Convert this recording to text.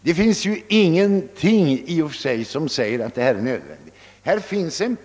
Det finns ju ingenting som säger att detta är nödvändigt eller önskvärt.